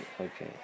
Okay